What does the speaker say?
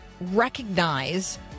recognize